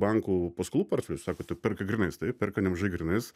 bankų paskolų portfelį sako tai perka grynais taip perka nemažai grynais